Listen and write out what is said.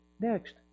next